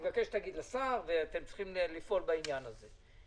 אני מבקש שתגיד לשר ואתם צריכים לפעול בעניין הזה.